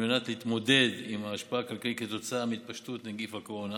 על מנת להתמודד עם ההשפעה הכלכלית כתוצאה מהתפשטות נגיף הקורונה,